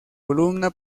columna